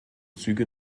züge